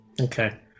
Okay